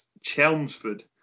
Chelmsford